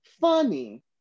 funny